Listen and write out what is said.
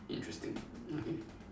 interesting okay